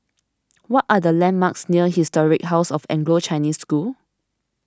what are the landmarks near Historic House of Anglo Chinese School